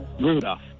Rudolph